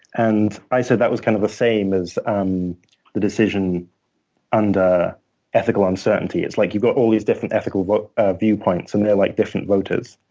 and i said that was kind of the same as um a decision under ethical uncertainty. it's like you've got all these different ethical but ah viewpoints, and they're like different voters.